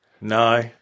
No